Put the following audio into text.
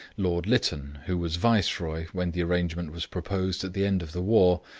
lord lytton, who was viceroy when the arrangement was proposed at the end of the war,